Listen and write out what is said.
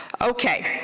Okay